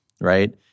right